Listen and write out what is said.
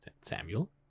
Samuel